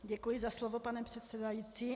Děkuji za slovo, pane předsedající.